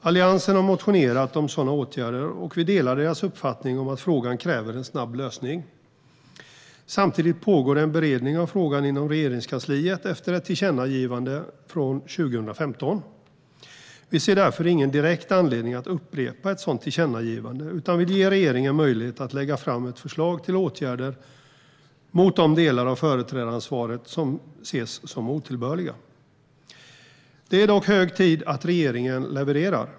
Alliansen har motionerat om sådana åtgärder, och vi delar deras uppfattning om att frågan kräver en snabb lösning. Samtidigt pågår en beredning av frågan inom Regeringskansliet efter ett tillkännagivande från 2015. Vi ser därför ingen direkt anledning att upprepa ett sådant tillkännagivande, utan vi vill ge regeringen möjlighet att lägga fram ett förslag till åtgärder mot de delar av företrädaransvaret som ses som otillbörliga. Det är dock hög tid att regeringen levererar.